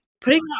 Putting